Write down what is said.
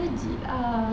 legit ah